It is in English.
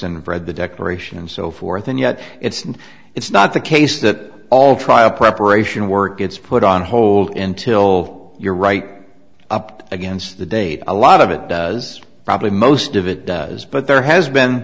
and read the declaration and so forth and yet it's and it's not the case that all trial preparation work gets put on hold until you're right up against the date a lot of it does probably most of it does but there has been